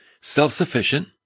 self-sufficient